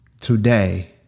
Today